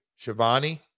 Shivani